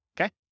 okay